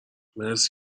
مرسی